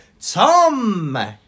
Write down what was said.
Tom